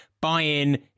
buy-in